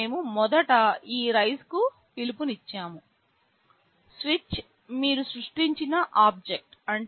ఇక్కడ మేము మొదట ఈ రైస్ కు పిలుపునిచ్చాము స్విచ్ మీరు సృష్టించిన ఆబ్జెక్ట్